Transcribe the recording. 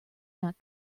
not